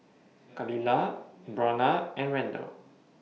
Khalilah Brionna and Randle